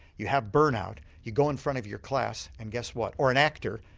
you have burnout, you go in front of your class and guess what or an actor,